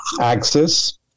access